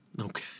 Okay